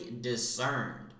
discerned